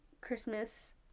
Christmas